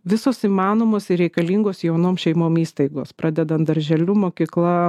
visos įmanomos ir reikalingos jaunom šeimom įstaigos pradedant darželiu mokykla